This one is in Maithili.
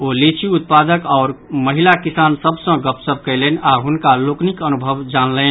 ओ लीची उत्पादक आओर महिला किसान सभ सँ गपशप कयलनि आ हुनक लोकनिक अनुभव जानलनि